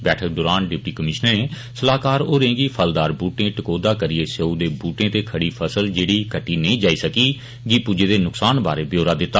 बैठक दौरान डिप्टी कमीश्नरें सलाहकार होरें गी फलदार बुटटे टकोदा करिए सयआऊ दे बुटटे ते खडी फसल जेड़ी कटटी नेई जाई सकी गी पुज्जे दे नुकसान बारै ब्यौरा दिता